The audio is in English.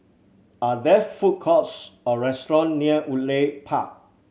are there food courts or restaurant near Woodleigh Park